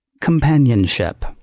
companionship